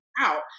out